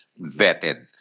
vetted